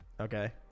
Okay